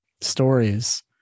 stories